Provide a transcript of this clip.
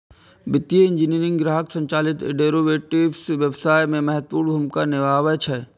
वित्तीय इंजीनियरिंग ग्राहक संचालित डेरेवेटिव्स व्यवसाय मे महत्वपूर्ण भूमिका निभाबै छै